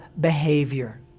behavior